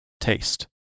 taste